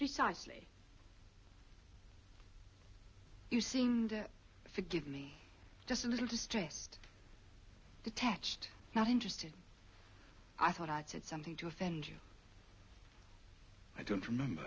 precisely you seemed to give me just a little distressed detached not interested i thought i'd said something to offend you